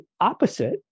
opposite